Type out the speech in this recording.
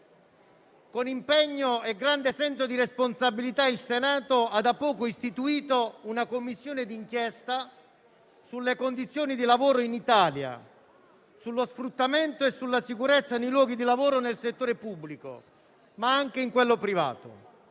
Con impegno e grande senso di responsabilità, il Senato ha da poco istituito la Commissione di inchiesta sulle condizioni di lavoro in Italia, sullo sfruttamento e sulla sicurezza nei luoghi di lavoro pubblici e privati.